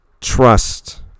Trust